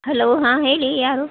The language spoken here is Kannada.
ಹಲೋ ಹಾಂ ಹೇಳಿ ಯಾರು